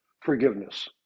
Forgiveness